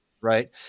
right